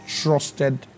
trusted